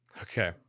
Okay